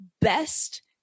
best